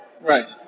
Right